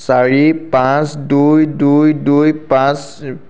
চাৰি পাঁচ দুই দুই দুই পাঁচ